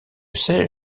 sais